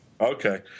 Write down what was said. Okay